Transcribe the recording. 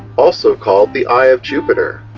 also called the eye of jupiter.